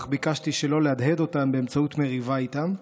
אך ביקשתי שלא להדהד אותם באמצעות מריבה איתם,